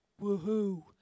Woohoo